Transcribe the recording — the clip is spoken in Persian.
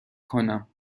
کنم